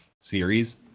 series